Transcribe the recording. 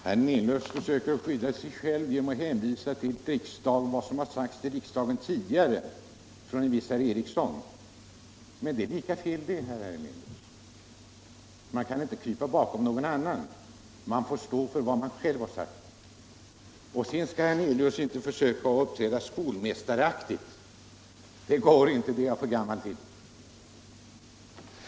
Herr talman! Herr Hernelius försöker skydda sig själv genom att hänvisa till vad som sagts i riksdagen tidigare av en viss herr Ericson, men det är lika fel, herr Hernelius. Man kan inte krypa bakom någon annan. Man får stå för vad man själv har sagt. Herr Hernelius skall inte försöka uppträda skolmästaraktigt, för sådant är jag för gammal till.